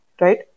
right